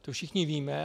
To všichni víme.